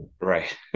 Right